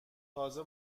تازه